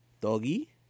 doggy